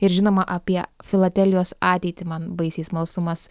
ir žinoma apie filatelijos ateitį man baisiai smalsumas